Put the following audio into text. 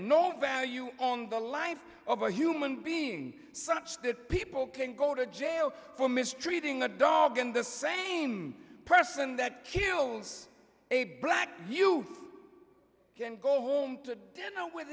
no value on the life of a human being such that people can go to jail for mistreating a dog and the same person that kills a black you can go home to dinner with